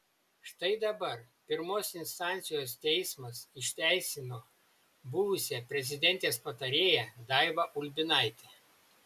štai dabar pirmos instancijos teismas išteisino buvusią prezidentės patarėją daivą ulbinaitę